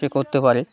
সে করতে পারে